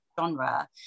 genre